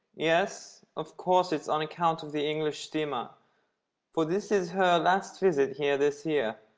yes, of course it's on account of the english steamer for this is her last visit here this year.